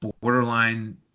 borderline